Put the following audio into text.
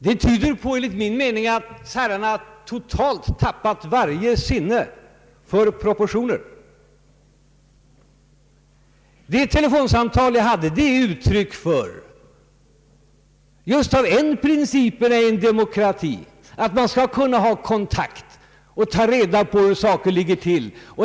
Detta tyder enligt min mening på att herrarna totalt tappat varje sinne för proportioner. Det telefonsamtal jag hade var uttryck just för en av principerna i en demokrati, nämligen att man skall kunna ha kontakt och ta reda på hur saker ligger till.